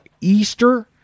Easter